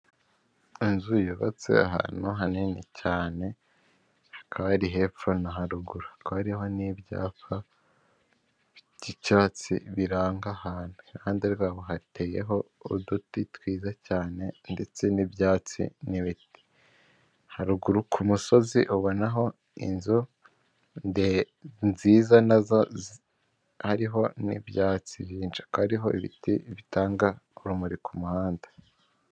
Inzu yubatse ahantu hanini cyane hakaba hari hepfo no haruguru hakaba hariho n'ibyapa by'icyatsi biranga ahantu, iruhande rwaho hateyeho uduti twiza cyane ndetse n'ibyatsi n'ibiti, haruguru kumusozi ubona inzu nziza nazo hariho n'ibyatsi byinshi hakaba hariho ibiti bitanga urumuri ku muhanda.